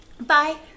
Bye